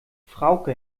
frauke